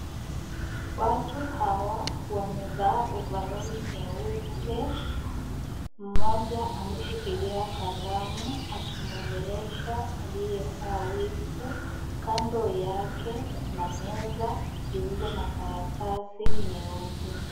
Watu hawa wamevaa ovaroli nyeupe, mmoja akishikilia kalamu akimuongelesha aliyevaa weavu . Kando yake kuna meza lililo na karatasi nyeupe.